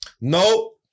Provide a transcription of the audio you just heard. No